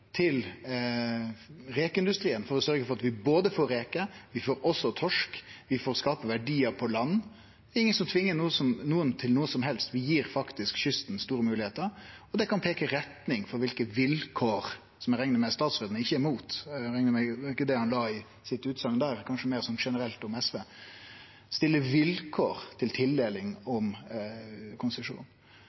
til rekeindustrien for å sørgje for at vi får reker, vi får også torsk, og vi får skape verdiar på land. Det er ingen som tvingar nokon til noko som helst. Vi gir faktisk kysten store moglegheiter, og det kan peike retning for vilkåra, som eg reknar med statsråden ikkje er imot – eg reknar med at han ikkje la det i utsegna si, det var kanskje meir generelt om SV – og stille vilkår til tildeling om